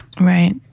Right